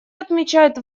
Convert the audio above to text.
отмечают